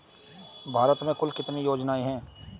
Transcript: भारत में कुल कितनी योजनाएं हैं?